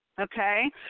Okay